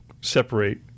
separate